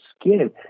skin